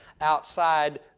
outside